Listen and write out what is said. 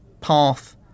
path